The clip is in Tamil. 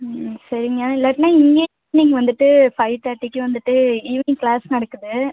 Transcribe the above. ம் சரிங்க இல்லாட்டினா இங்கேயே ஈவினிங் வந்துவிட்டு ஃபைவ் தேர்ட்டிக்கு வந்துவிட்டு ஈவினிங் கிளாஸ் நடக்குது